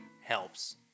helps